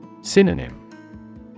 Synonym